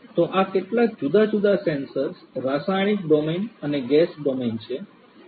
તો આ કેટલાક જુદા જુદા સેન્સર્સ રાસાયણિક ડોમેન અને ગેસ ડોમેન છે જેનો મેં ઉલ્લેખ કર્યો છે